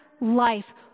life